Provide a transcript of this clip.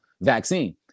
vaccine